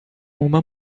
uma